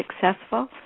successful